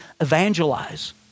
evangelize